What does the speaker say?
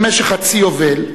במשך חצי יובל,